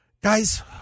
Guys